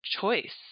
choice